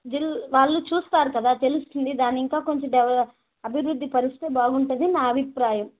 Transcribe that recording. జిల్ వాళ్ళు చూస్తారు కదా తెలుస్తుంది దాన్నింకా కొంచెం డెవ అభివృద్ది పరిస్తే బాగుంటుంది నా అభిప్రాయం